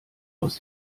aus